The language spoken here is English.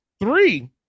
three